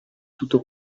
tutto